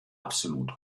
absolut